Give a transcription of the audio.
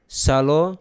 salo